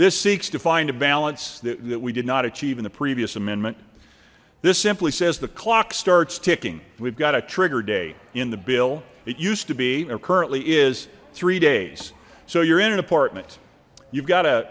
this seeks to find a balance that we did not achieve in the previous amendment this simply says the clock starts ticking we've got a trigger date in the bill it used to be there currently is three days so you're in an apartment you've got a